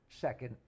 second